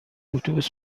اتوبوس